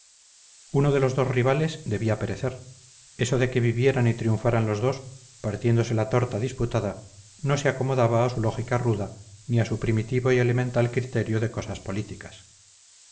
uno de los dos rivales debía perecer eso de que vivieran y triunfaran los dos partiéndose la torta disputada no se acomodaba a su lógica ruda ni a su primitivo y elemental criterio de cosas políticas